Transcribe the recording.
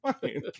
fine